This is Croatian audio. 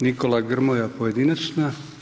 Nikola Grmoja pojedinačna.